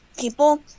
people